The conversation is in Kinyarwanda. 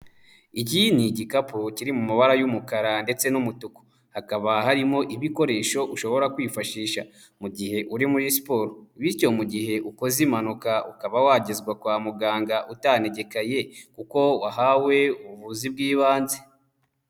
Iki ni igikapu kiri mu mabara y'umukara ndetse n'umutuku. Hakaba harimo ibikoresho ushobora kwifashisha mu gihe uri muri siporo. Bityo mu gihe ukoze impanuka ukaba wagezwa kwa muganga utanegekaye kuko wahawe ubuvuzi bw'ibanze.